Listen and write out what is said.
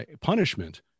punishment